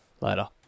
later